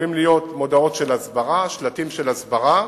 יכולות להיות מודעות של הסברה, שלטים של הסברה,